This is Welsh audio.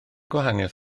gwahaniaeth